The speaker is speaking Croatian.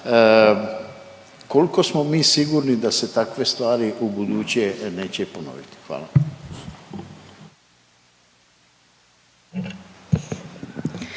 koliko smo mi sigurni da se takve stvari ubuduće neće ponoviti? Hvala.